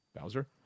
Bowser